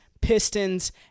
Pistons